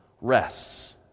rests